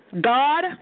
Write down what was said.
God